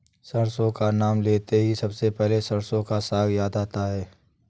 सरसों का नाम लेते ही सबसे पहले सरसों का साग याद आता है